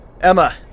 Emma